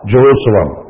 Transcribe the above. Jerusalem